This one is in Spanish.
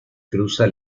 cruza